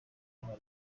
abantu